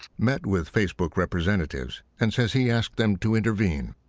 met with facebook representatives and says he asked them to intervene.